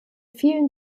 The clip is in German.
vielen